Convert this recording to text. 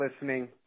listening